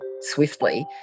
swiftly